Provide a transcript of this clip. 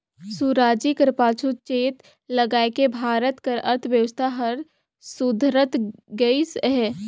सुराजी कर पाछू चेत लगाएके भारत कर अर्थबेवस्था हर सुधरत गइस अहे